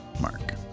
mark